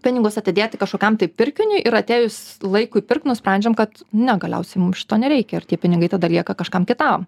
pinigus atidėti kažkokiam pirkiniui ir atėjus laikui pirkt nusprendžiam kad ne galiausiai mums šito nereikia ir tie pinigai tada lieka kažkam kitam